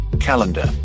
Calendar